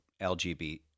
LGBT